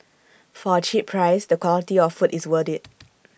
for A cheap price the quality of food is worth IT